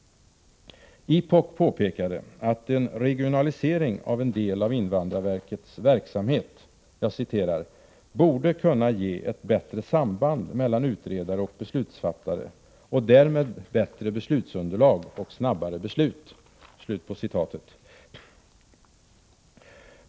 IPOK påpekade att en regionalisering av en del av invandrarverkets verksamhet ”borde kunna ge ett bättre samband mellan utredare och beslutsfattare och därmed bättre beslutsunderlag och snabbare beslut”.